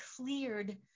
cleared